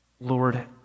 Lord